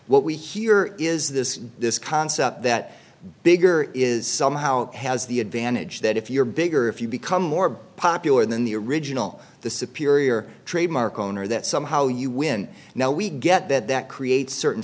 what we hear is this this concept that bigger is somehow has the advantage that if you're bigger if you become more popular than the original the superior trademark owner that somehow you win now we get that that creates certain